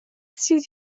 sydd